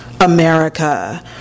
America